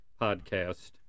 podcast